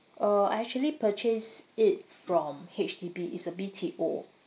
uh I actually purchased it from H_D_B is a B_T_O